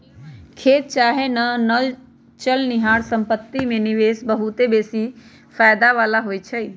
खेत चाहे न चलनिहार संपत्ति में निवेश बहुते बेशी फयदा बला होइ छइ